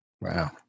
Wow